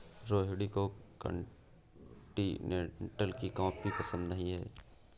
रोहिणी को कॉन्टिनेन्टल की कॉफी पसंद नहीं है